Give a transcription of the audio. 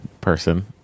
person